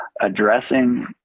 addressing